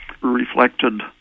reflected